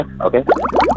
okay